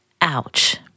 Ouch